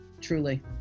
truly